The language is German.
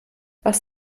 was